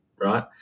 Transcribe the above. right